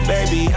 Baby